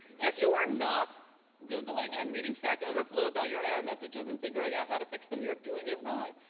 if you are not googling and reading stackoverflow about your error messages and figuring out how to fix them you're doing it wrong,